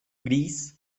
gris